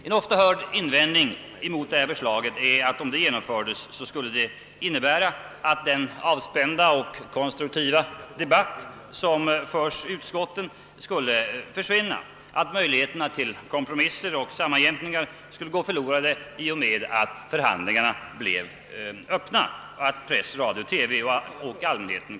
En ofta hörd invändning mot förslaget är att det vid ett genomförande skulle innebära att den avspända och konstruktiva debatt som föres i utskotten skulle försvinna. Att möjligheterna till kompromisser och sammanjämkningar skulle gå förlorade i och med att förhandlingarna bleve öppna för press, radio, TV och allmänhet.